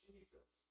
Jesus